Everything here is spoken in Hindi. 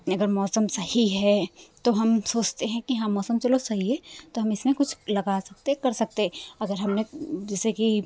अगर मौसम सही है तो हम सोचते हैं कि हाँ मौसम चलो सही है तो हम इसमें कुछ लगा सकते कर सकते अगर हमने जैसे कि